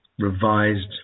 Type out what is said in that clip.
revised